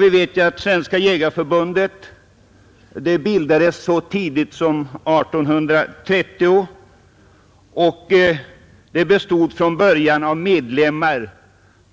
Vi vet att Svenska jägareförbundet bildades så tidigt som 1830, och det bestod från början av medlemmar